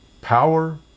power